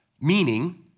meaning